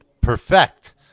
perfect